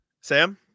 Sam